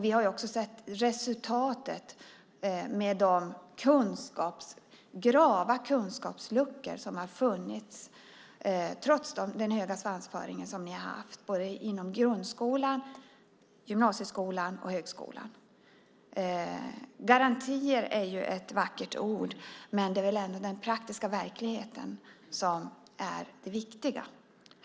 Vi har också sett resultatet med de grava kunskapsluckor som har funnits trots den höga svansföring som ni har haft när det gäller såväl grundskolan, gymnasieskolan som högskolan. Garantier är ett vackert ord, men det är väl ändå den praktiska verkligheten som är det viktiga.